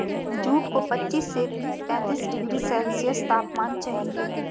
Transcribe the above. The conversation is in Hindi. जूट को पच्चीस से पैंतीस डिग्री सेल्सियस तापमान चाहिए